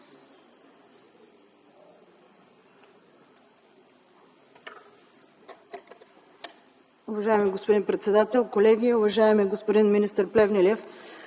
Уважаеми господин председател, колеги, уважаеми господин министър Плевнелиев!